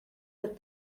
but